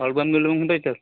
album मिळवून दे तर